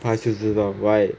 ah 就知道